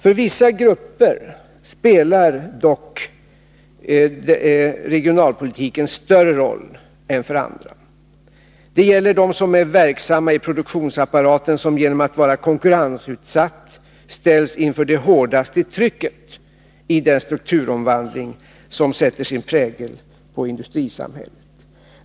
För vissa grupper spelar regionalpolitiken dock större roll än för andra. Det gäller dem som är verksamma i produktionsapparaten, som genom att vara konkurrensutsatt ställs inför det hårdaste trycket i den strukturomvandling som sätter sin prägel på industrisamhället.